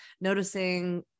noticing